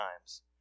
times